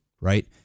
right